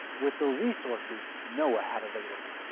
with the resources noah had available.